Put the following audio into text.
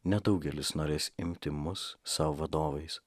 nedaugelis norės imti mus savo vadovais